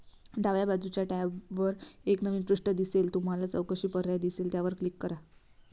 डाव्या बाजूच्या टॅबवर एक नवीन पृष्ठ दिसेल तुम्हाला चौकशी पर्याय दिसेल त्यावर क्लिक करा